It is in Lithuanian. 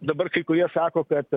dabar kai kurie sako kad